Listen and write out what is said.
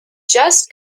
just